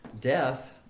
death